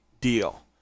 deal